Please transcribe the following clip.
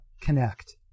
connect